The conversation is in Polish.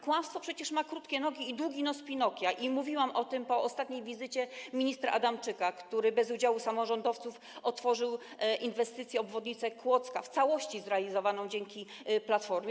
Kłamstwo przecież ma krótkie nogi i długi nos Pinokia i mówiłam o tym po ostatniej wizycie ministra Adamczyka, który bez udziału samorządowców otworzył inwestycję, obwodnicę Kłodzka w całości zrealizowaną dzięki Platformie.